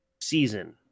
Season